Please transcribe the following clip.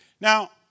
Now